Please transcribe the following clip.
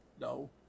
No